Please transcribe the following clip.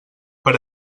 per